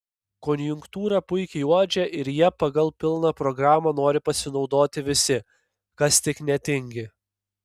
konjunktūrą puikiai uodžia ir ja pagal pilną programą nori pasinaudoti visi kas tik netingi